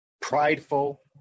prideful